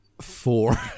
Four